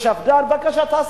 לשפד"ן, בבקשה, תעשה.